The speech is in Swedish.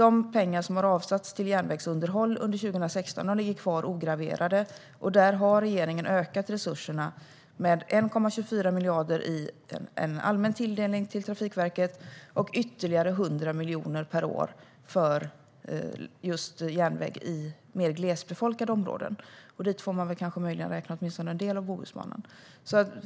De pengar som har avsatts till järnvägsunderhåll under 2016 ligger kvar ograverade. Där har regeringen ökat resurserna med 1,24 miljarder i en allmän tilldelning till Trafikverket och ytterligare 100 miljoner per år för järnväg i mer glesbefolkade områden, dit man kanske får räkna åtminstone en del av Bohusbanan.